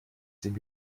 sich